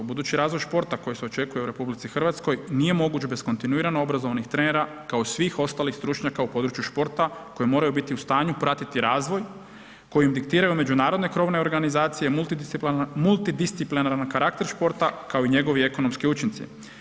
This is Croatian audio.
Budući razvoj športa koji se očekuje u RH, nije moguć bez kontinuirano obrazovnih trenera kao i svih ostalih stručnjaka u području športa koji moraju biti u stanju pratiti razvoj koji diktiraju krovne organizacije, multidisciplinaran karakter športa, kao i njegovi ekonomski učinci.